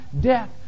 death